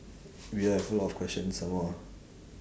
we have a lot of questions some more ah